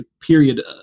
period